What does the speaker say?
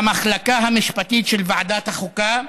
למחלקה המשפטית של ועדת החוקה,